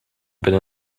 been